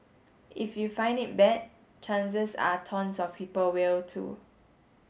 if you find it bad chances are tons of people will too